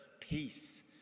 peace